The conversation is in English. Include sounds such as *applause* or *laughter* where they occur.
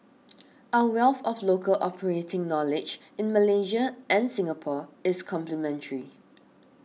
*noise* our wealth of local operating knowledge in Malaysia and Singapore is complementary